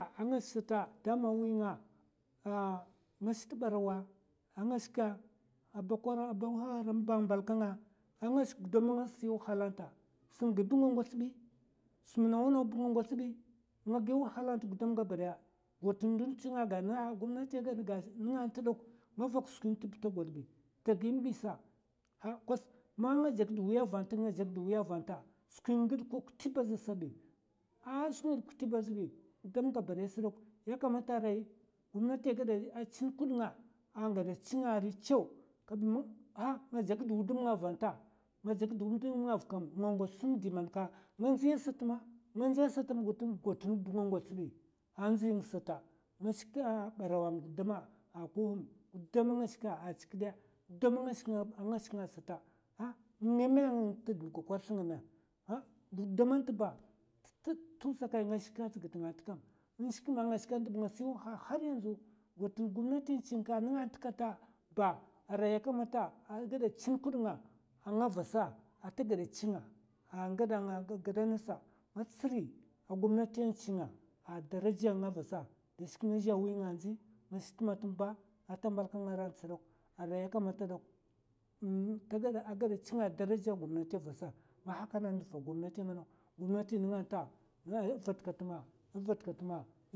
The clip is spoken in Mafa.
A nga shik sata, dama wi ah nga ta barawa, a nga shika a boko haram ba mbalka nga a shik gudam ma ngasa si wahala nta. sam gi ngawats bi, sam nawa nawab nga ngwats bi, ngagi wahala nt gudam gaba daya gwatan ndun chinga gad gumnati gashi nèngè nt dok ngavak skwin tb ta gwadbita gi mè bi sa, ha kwas ma jakda wuya va nga jakd wuya vn ta skwi gèd ko kutè ba zbi, a sungid kutè ba zbi gudam gabaday sdok ya kamata rai gomnati a gada chin kud nga an gada chinga ri chaw kab'mng nga jakd wudum nga va nta nga jakd wudmam hi va nga ngwats sam di man ka ndzi ya sat ma nga ndzi ya sat ma nga ngwats bi a ndzing sata. nga shik ta barawa ng gudam a koghum, gudamma nga shika, chikèdè gudamma nga shiknga sata, ah ng ngèmè ng tdab kokwar mè ha, gudama tba tusa kai nga shika tsagi tnga nt kam, nshik ma nga shik ntb nga si wahal haryanzu, gwatn gumnati nchinka nga'nt kata ba, arai yakamata a chin kud'nga vasa ata gada chi'nga a nga gada gèda ngasa, nanga tsiri a gomnati ya chi'nga a daraja vasa dèshik nga zhè wi'nga ndzi nga shik tma tam ba ata mbal ka rant sdok, arai ya kamata dok agaɓa chi'nga a daraja gumnatiya vasa nga hakana ndva gumnati, gumnati nènga nta, ai vat kat ma è vat katma.